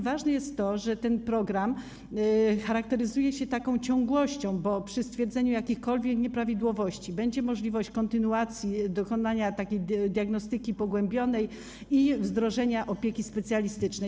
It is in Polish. Ważne jest to, że ten program charakteryzuje się taką ciągłością, bo przy stwierdzeniu jakichkolwiek nieprawidłowości będzie możliwość kontynuacji, dokonania takiej diagnostyki pogłębionej i wdrożenia opieki specjalistycznej.